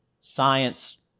science